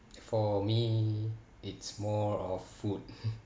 for me it's more of food